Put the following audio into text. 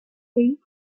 eight